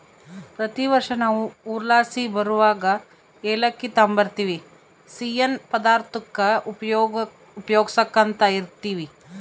ಪ್ರತಿ ವರ್ಷ ನಾವು ಊರ್ಲಾಸಿ ಬರುವಗ ಏಲಕ್ಕಿ ತಾಂಬರ್ತಿವಿ, ಸಿಯ್ಯನ್ ಪದಾರ್ತುಕ್ಕ ಉಪಯೋಗ್ಸ್ಯಂತ ಇರ್ತೀವಿ